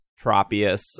Tropius